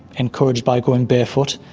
encouraged by going barefoot,